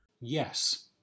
Yes